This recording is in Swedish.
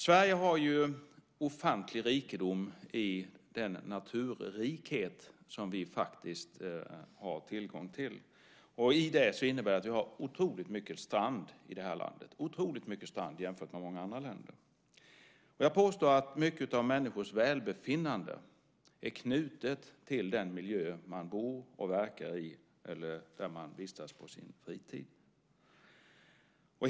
Sverige har en ofantlig rikedom i den naturrikedom som vi har tillgång till. Det innebär att vi har otroligt mycket strand i det här landet, otroligt mycket strand jämfört med många andra länder. Jag påstår att mycket av människors välbefinnande är knutet till den miljö som man bor och verkar i eller där man vistas på sin fritid.